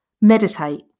Meditate